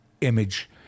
image